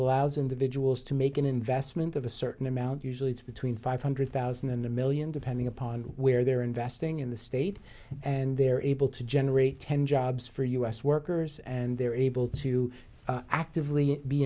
allows individuals to make an investment of a certain amount usually it's between five hundred thousand and a million depending upon where they're investing in the state and they're able to generate ten jobs for u s workers and they're able to actively be